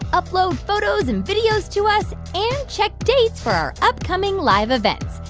upload photos and videos to us and check dates for our upcoming live events.